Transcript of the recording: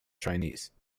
chinese